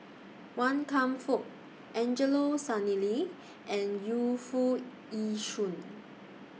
Wan Kam Fook Angelo Sanelli and Yu Foo Yee Shoon